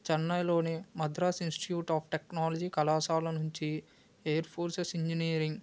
చెన్నైలోనే Madras institute of technology కళాశాల నుంచి air forces engineering